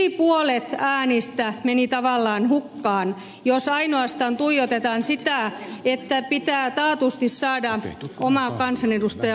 eli yli puolet äänistä meni tavallaan hukkaan jos ainoastaan tuijotetaan sitä että pitää taatusti saada oma kansanedustaja valittua